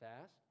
fast